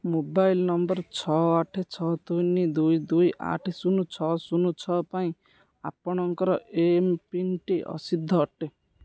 mobile number ଛଅ ଆଠ ଛଅ ତିନି ଦୁଇ ଦୁଇ ଆଠ ଶୂନ ଛଅ ଶୂନ ଛଅ ପାଇଁ ଆପଣଙ୍କର ଏମ୍ପିନ୍ଟି ଅସିଦ୍ଧ ଅଟେ